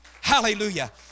Hallelujah